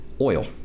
oil